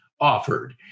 offered